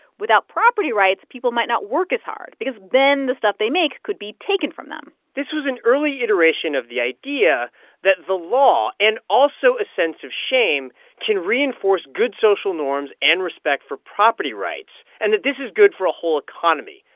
without property rights, people might not work as hard because then the stuff they make could be taken from them this was an early iteration of the idea that the law and also a sense of shame can reinforce good social norms and respect for property rights and that this is good for a whole economy.